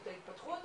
את ההתפתחות,